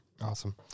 Awesome